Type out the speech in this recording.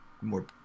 more